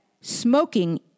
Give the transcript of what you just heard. smoking